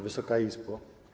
Wysoka Izbo!